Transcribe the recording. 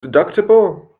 deductible